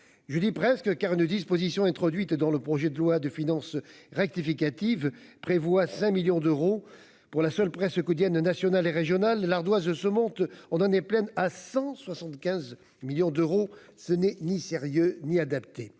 je dis presque, car une disposition introduite dans le projet de loi de finances rectificative prévoit 5 millions d'euros pour la seule près ce que dit Anne nationales et régionales, l'ardoise se monte, on en est pleine à 175 millions d'euros, ce n'est ni sérieux ni adapté,